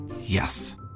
Yes